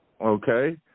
Okay